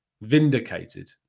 vindicated